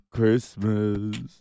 Christmas